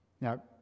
Now